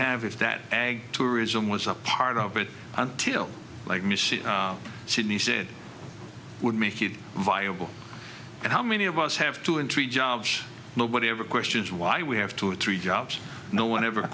have if that tourism was a part of it until like machines she needed would make it viable and how many of us have two and three jobs nobody ever questions why we have two or three jobs no one ever